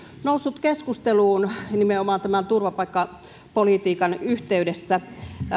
noussut keskusteluun nimenomaan turvapaikkapolitiikan yhteydessä